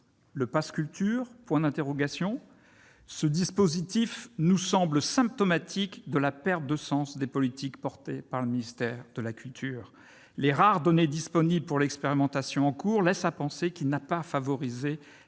Le pass culture ? Ce dispositif nous semble symptomatique de la perte de sens des politiques soutenues par le ministère de la culture. Les rares données disponibles pour l'expérimentation en cours laissent à penser que ce dispositif n'a pas favorisé